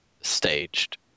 staged